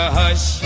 hush